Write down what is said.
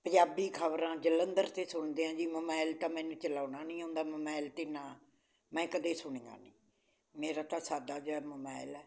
ਪੰਜਾਬੀ ਖ਼ਬਰਾਂ ਜਲੰਧਰ ਤੋਂ ਸੁਣਦੇ ਹਾਂ ਜੀ ਮੋਮੈਲ ਤਾਂ ਮੈਨੂੰ ਚਲਾਉਣਾ ਨਹੀਂ ਆਉਂਦਾ ਮੋਮੈਲ ਦੇ ਨਾ ਮੈਂ ਕਦੇ ਸੁਣੀਆਂ ਨਹੀਂ ਮੇਰਾ ਤਾਂ ਸਾਦਾ ਜਿਹਾ ਮੋਬੈਲ ਆ